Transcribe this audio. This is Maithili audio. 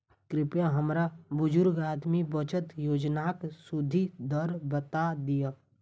कृपया हमरा बुजुर्ग आदमी बचत योजनाक सुदि दर बता दियऽ